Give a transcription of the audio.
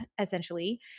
essentially